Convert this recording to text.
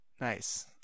Nice